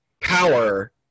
power